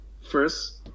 first